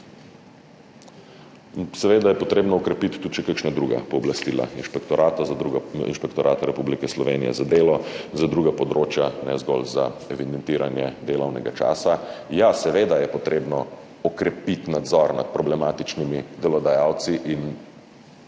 Seveda je treba okrepiti še kakšna druga pooblastila Inšpektorata Republike Slovenije za delo, za druga področja, ne zgolj za evidentiranje delovnega časa. Ja, seveda je treba okrepiti nadzor nad problematičnimi delodajalci in